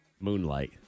Moonlight